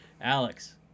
Alex